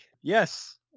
yes